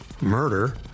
murder